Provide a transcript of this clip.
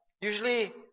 Usually